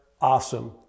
awesome